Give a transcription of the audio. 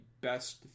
best